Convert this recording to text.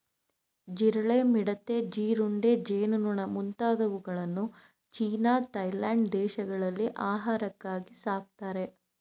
ಜಿರಳೆ, ಮಿಡತೆ, ಜೀರುಂಡೆ, ಜೇನುನೊಣ ಮುಂತಾದವುಗಳನ್ನು ಚೀನಾ ಥಾಯ್ಲೆಂಡ್ ದೇಶಗಳಲ್ಲಿ ಆಹಾರಕ್ಕಾಗಿ ಸಾಕ್ತರೆ